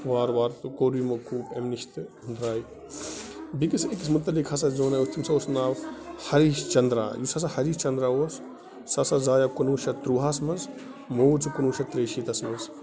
وارٕ وارٕ تہٕ کوٚر یِمَو قوٗ امہِ نِش تہٕ درایہِ بیٚیِس أکِس متعلِق ہسا زونیاو تٔمِس ہسا اوس ناو ہریش چنٛدرا یُس ہسا ہریش چنٛدرا اوس سُہ ہسا زایاو کُنوُہ شَتھ تُرٛواہَس منٛز موٗد سُہ کُنوُہ شَتھ ترٛیہِ شیٖتَس منٛز